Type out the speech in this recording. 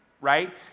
right